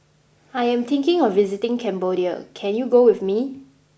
I am thinking of visiting Cambodia Can you go with me